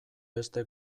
beste